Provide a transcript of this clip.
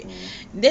hmm